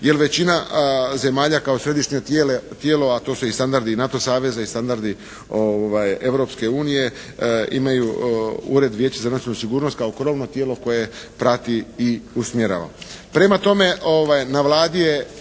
jer većina zemalja jer to su i standardi i NATO saveza i standardi Europske unije imaju Ured Vijeća za nacionalnu sigurnost kao krovno tijelo koje prati i usmjerava.